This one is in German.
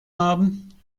haben